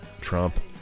Trump